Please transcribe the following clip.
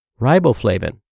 riboflavin